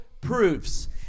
proofs